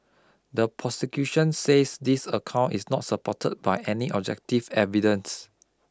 the prosecution says this account is not supported by any objective evidence